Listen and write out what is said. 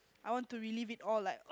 I want to relive it all like